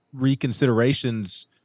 reconsiderations